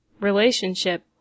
relationship